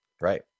Right